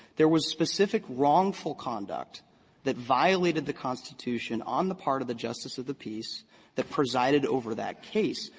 there was specific wrongful conduct that violated the constitution on the part of the justice of the peace that presided over that case.